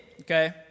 okay